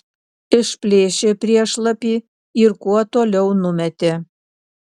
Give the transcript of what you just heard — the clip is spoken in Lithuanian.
išplėšė priešlapį ir kuo toliau numetė